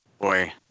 Boy